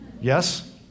Yes